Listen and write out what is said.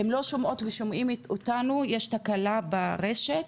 הם לא שומעות ושומעים אותנו יש תקלה ברשת,